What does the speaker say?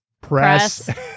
press